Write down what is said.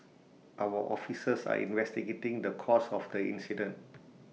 our officers are investigating the cause of the incident